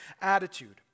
attitude